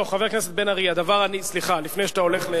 חבר הכנסת בן-ארי, לפני שאתה הולך,